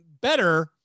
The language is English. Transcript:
better